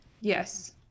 Yes